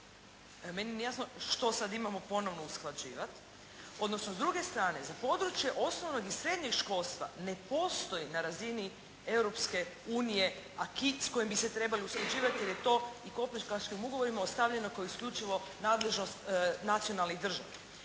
Meni nije jasno što sada imamo ponovno usklađivati. Odnosno, s druge strane za područje osnovnog i srednjeg školstva ne postoji na razini Europske unije acquis s kojim bi se trebali usklađivati jer je to i kopenhaškim ugovorima ostavljeno kao isključivo nadležnost nacionalnih država.